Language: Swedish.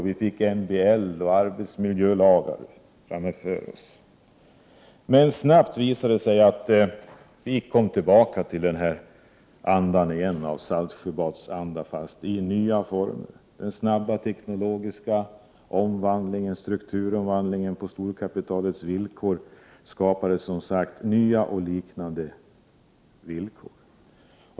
Vi fick MBL och arbetsmiljölagar framlagda för oss. Men snabbt visade det sig att vi kom tillbaka till Saltsjöbadsandan, fast i nya former. Den snabba teknologiska omvandlingen, strukturomvandlingen på storkapitalets villkor, skapade som sagt nya och liknande villkor.